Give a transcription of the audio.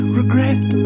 regret